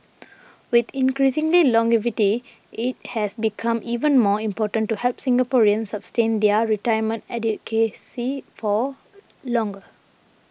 with increasing longevity it has become even more important to help Singaporeans sustain their retirement adequacy for longer